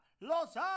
Los